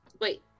Wait